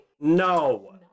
No